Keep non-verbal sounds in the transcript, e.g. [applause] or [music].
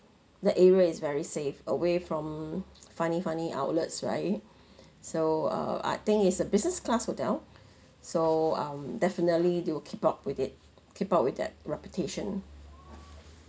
the area is very safe away from funny funny outlets right [breath] so uh I think is a business class hotel so um definitely they will keep up with it keep up with that reputation